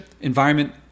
environment